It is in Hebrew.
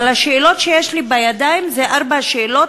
אבל השאלות שיש לי בידיים זה ארבע שאלות,